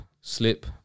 slip